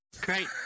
Great